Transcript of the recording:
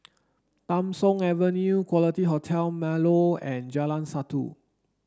Tham Soong Avenue Quality Hotel Marlow and Jalan Satu